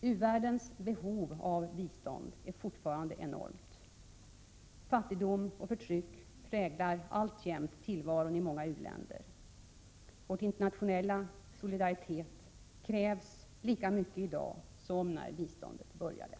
U-världens behov av bistånd är fortfarande enormt. Fattigdom och förtryck präglar alltjämt tillvaron i många u-länder. Vår internationella solidaritet krävs i lika hög grad i dag som när biståndet påbörjades.